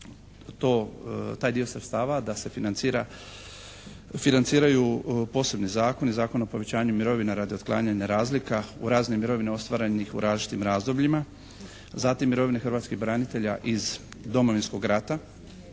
taj dio sredstava da se financiraju posebni zakoni, Zakon o povećanju mirovina radi otklanjanja razlika u razne mirovine ostvarenih u različitim razdobljima, zatim mirovine hrvatskih branitelja iz Domovinskog rata,